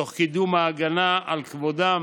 תוך קידום ההגנה על כבודם